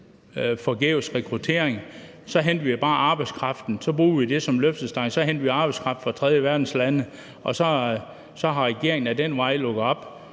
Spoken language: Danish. forgæves rekruttering? Så henter man bare arbejdskraften – så bruger man det som løftestang, og så henter man arbejdskraft fra tredjeverdenslande. Og så har regeringen ad den vej lukket op